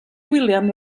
william